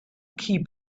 keep